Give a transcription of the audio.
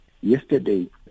Yesterday